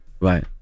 right